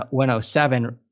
107